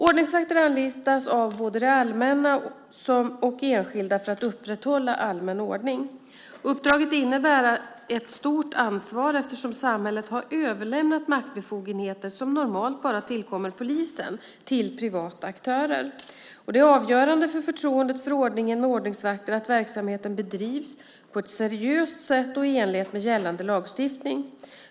Ordningsvakter anlitas av både det allmänna och enskilda för att upprätthålla allmän ordning. Uppdraget innebär ett stort ansvar eftersom samhället har överlämnat maktbefogenheter som normalt bara tillkommer polisen till privata aktörer. Det är avgörande för förtroendet för ordningen med ordningsvakter att verksamheten bedrivs på ett seriöst sätt och i enlighet med gällande lagstiftning.